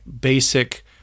basic